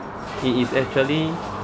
it is actually